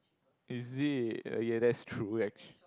is it okay that's true actua~